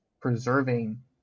preserving